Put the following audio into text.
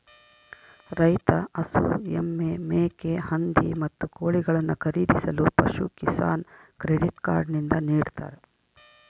ರೈತ ಹಸು, ಎಮ್ಮೆ, ಮೇಕೆ, ಹಂದಿ, ಮತ್ತು ಕೋಳಿಗಳನ್ನು ಖರೀದಿಸಲು ಪಶುಕಿಸಾನ್ ಕ್ರೆಡಿಟ್ ಕಾರ್ಡ್ ನಿಂದ ನಿಡ್ತಾರ